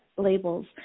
labels